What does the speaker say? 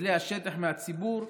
וגוזלי השטח מהציבור.